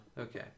Okay